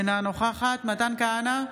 אינה נוכחת מתן כהנא,